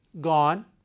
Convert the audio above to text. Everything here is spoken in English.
gone